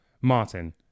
Martin